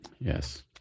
Yes